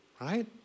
right